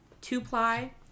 two-ply